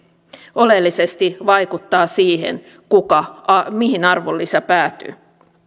oleellisesti vaikuttavat siihen mihin arvonlisä päätyy